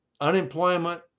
unemployment